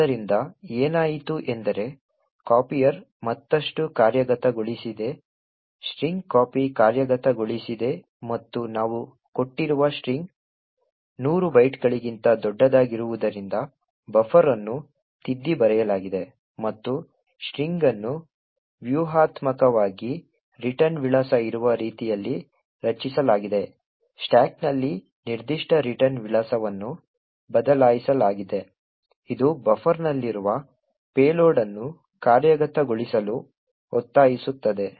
ಆದ್ದರಿಂದ ಏನಾಯಿತು ಎಂದರೆ copier ಮತ್ತಷ್ಟು ಕಾರ್ಯಗತಗೊಳಿಸಿದೆ strcpy ಕಾರ್ಯಗತಗೊಳಿಸಿದೆ ಮತ್ತು ನಾವು ಕೊಟ್ಟಿರುವ ಸ್ಟ್ರಿಂಗ್ 100 ಬೈಟ್ಗಳಿಗಿಂತ ದೊಡ್ಡದಾಗಿರುವುದರಿಂದ ಬಫರ್ ಅನ್ನು ತಿದ್ದಿ ಬರೆಯಲಾಗಿದೆ ಮತ್ತು ಸ್ಟ್ರಿಂಗ್ ಅನ್ನು ವ್ಯೂಹಾತ್ಮಕವಾಗಿ ರಿಟರ್ನ್ ವಿಳಾಸ ಇರುವ ರೀತಿಯಲ್ಲಿ ರಚಿಸಲಾಗಿದೆ ಸ್ಟಾಕ್ನಲ್ಲಿ ನಿರ್ದಿಷ್ಟ ರಿಟರ್ನ್ ವಿಳಾಸವನ್ನು ಬದಲಾಯಿಸಲಾಗಿದೆ ಇದು ಬಫರ್ನಲ್ಲಿರುವ ಪೇಲೋಡ್ ಅನ್ನು ಕಾರ್ಯಗತಗೊಳಿಸಲು ಒತ್ತಾಯಿಸುತ್ತದೆ